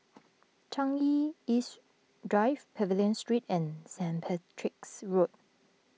Changi East Drive Pavilion Street and Saint Patrick's Road